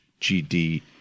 GD